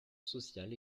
social